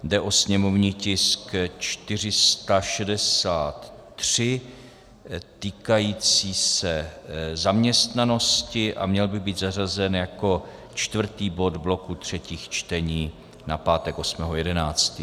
Jde o sněmovní tisk 463 týkající se zaměstnanosti a měl by být zařazen jako čtvrtý bod bloku třetích čtení na pátek 8. 11.